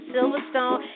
Silverstone